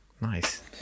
Nice